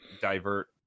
divert